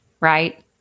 Right